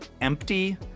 empty